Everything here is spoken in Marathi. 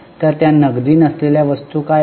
तर त्या नगदी नसलेल्या वस्तू काय आहेत